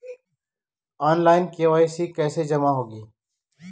Online KYC कैसे जमा होगी?